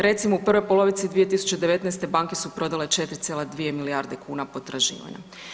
Recimo u prvoj polovici 2019. banke su prodale 4,2 milijarde kuna potraživanja.